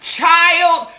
child